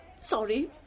Sorry